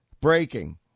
breaking